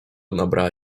nabrała